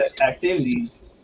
activities